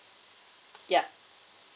yup